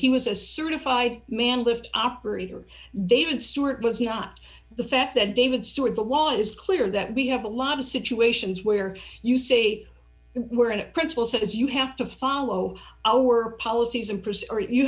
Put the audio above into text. he was a certified man lift operator david stewart was not the fact that david stewart the law is clear that we have a lot of situations where you see where a principle says you have to follow our policies and